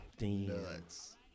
nuts